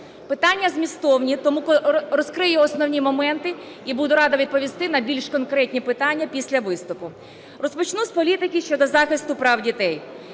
Питання змістовні, тому розкрию основні моменти, і буду рада відповісти на більш конкретні питання після виступу. Розпочну з політики щодо захисту прав дітей.